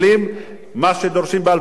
מה שדורשים ב-2012,